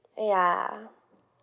oh ya